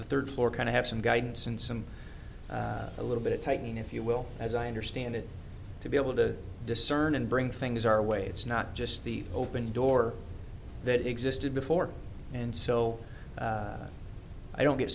the third floor kind of have some guidance and some a little bit tightening if you will as i understand it to be able to discern and bring things our way it's not just the open door that existed before and so i don't get